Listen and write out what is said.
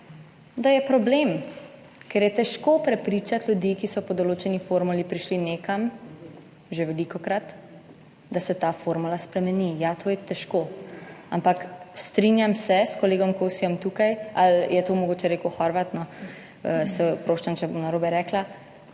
da je problem, ker je težko prepričati ljudi, ki so po določeni formuli prišli nekam, že velikokrat, da se ta formula spremeni. Ja, to je težko. Ampak strinjam se s kolegom Kosijem tukaj, ali je to mogoče rekel Horvat, se oproščam, če bom narobe rekla,